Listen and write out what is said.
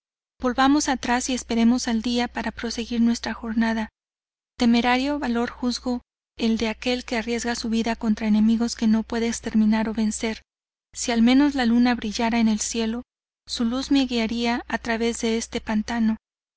volvamos atrás y esperemos al día para proseguir nuestra jornada temerario valor juzgo el de aquel que arriesga su vida contra enemigos que no puede exterminar o vencer si al menos la luna brillara en el cielo su luz me guiaría a través de este pantano